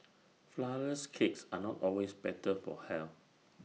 Flourless Cakes are not always better for health